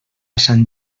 sant